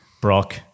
Brock